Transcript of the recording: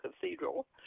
Cathedral